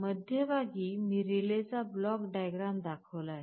मध्यभागी मी रिलेचा ब्लॉक डायग्राम दाखवला आहे